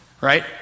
right